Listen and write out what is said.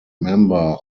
member